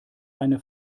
eine